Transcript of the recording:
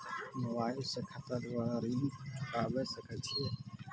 Mobile से खाता द्वारा ऋण चुकाबै सकय छियै?